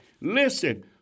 Listen